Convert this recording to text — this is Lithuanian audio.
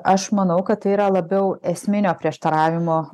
aš manau kad tai yra labiau esminio prieštaravimo